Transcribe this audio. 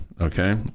Okay